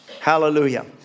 Hallelujah